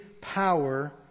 power